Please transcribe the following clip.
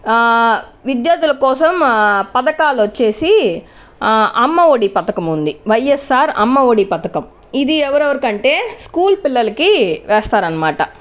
విద్యార్థుల కోసం పథకాలొచ్చేసి అమ్మఒడి పథకం ఉంది వైయస్సార్ అమ్మఒడి పథకం ఇది ఎవరెవరికంటే స్కూల్ పిల్లలకు వేస్తారనమాట